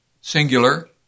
singular